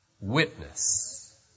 witness